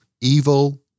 evil